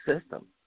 system